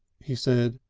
he said,